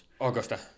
Augusta